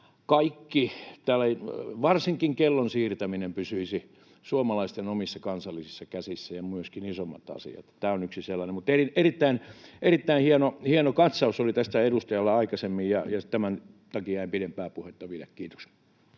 kaikki, varsinkin kellon siirtäminen, pysyisi suomalaisten omissa kansallisissa käsissä ja myöskin isommat asiat. Tämä on yksi sellainen. Mutta erittäin hieno katsaus oli tästä edustajalla aikaisemmin, ja tämän takia en pidempää puhetta pidä. — Kiitos.